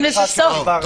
התחשבתי.